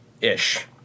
ish